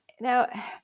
Now